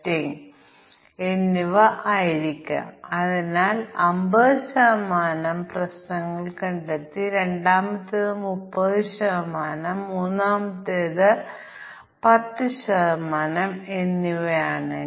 0 എന്ന് പറയട്ടെ അതിനാൽ ഈ ഫംഗ്ഷൻ ക്വാഡ് സോൾവറിനുള്ള ഇൻപുട്ട് ആണ് അതിനാൽ ഫംഗ്ഷന്റെ പേര് ക്വാഡ് സോൾവർ ആണ് മൂന്ന് പാരാമീറ്ററുകൾ എടുത്ത് പരിഹാരം പ്രദർശിപ്പിക്കുന്നു